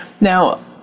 Now